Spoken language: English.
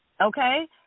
Okay